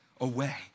away